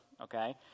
okay